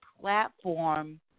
platform